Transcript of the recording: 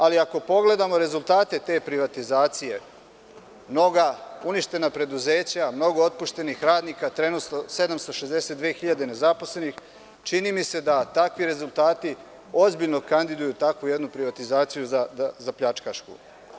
Ali, ako pogledamo rezultate te privatizacije, mnoga uništena preduzeća, mnogo otpuštenih radnika, 762.000 nezaposlenih, čini mi se da takvi rezultati ozbiljno kandiduju takvu jednu privatizaciju za pljačkašku.